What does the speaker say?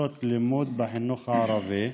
בכיתות לימוד בחינוך הערבי,